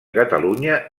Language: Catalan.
catalunya